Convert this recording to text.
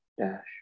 dash